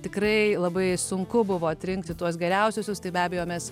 tikrai labai sunku buvo atrinkti tuos geriausiuosius tai be abejo mes